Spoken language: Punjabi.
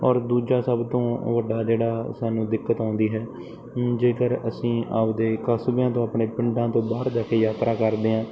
ਔਰ ਦੂਜਾ ਸਭ ਤੋਂ ਵੱਡਾ ਜਿਹੜਾ ਸਾਨੂੰ ਦਿੱਕਤ ਆਉਂਦੀ ਹੈ ਜੇਕਰ ਅਸੀਂ ਆਪਦੇ ਕਸਬਿਆਂ ਤੋਂ ਆਪਣੇ ਪਿੰਡਾਂ ਤੋਂ ਬਾਹਰ ਜਾ ਕੇ ਯਾਤਰਾ ਕਰਦੇ ਹਾਂ